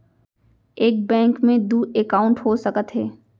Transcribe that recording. एक बैंक में दू एकाउंट हो सकत हे?